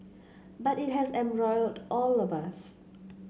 but it has embroiled all of us